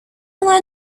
learn